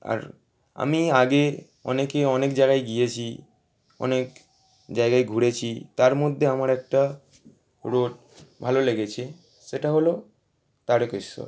আর আমি আগে অনেকে অনেক জায়গায় গিয়েছি অনেক জায়গায় ঘুরেছি তার মধ্যে আমার একটা রোড ভালো লেগেছে সেটা হল তারকেশ্বর